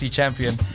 Champion